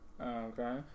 Okay